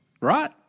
Right